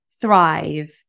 thrive